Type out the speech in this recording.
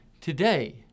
today